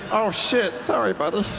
oh shit, sorry, buddy.